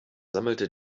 sammelte